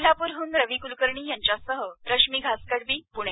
कोल्हापूरहून रवी कुलकर्णीसह रश्मी घासकडबी पुणे